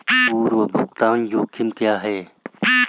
पूर्व भुगतान जोखिम क्या हैं?